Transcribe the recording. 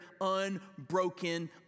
unbroken